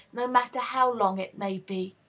no matter how long it may be.